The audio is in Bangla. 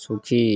সুখী